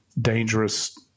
dangerous